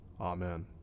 Amen